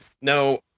No